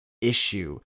issue